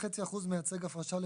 6.5% מייצג הפרשה לפנסיה.